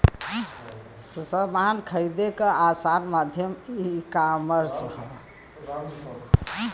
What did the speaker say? समान खरीदे क आसान माध्यम ईकामर्स हौ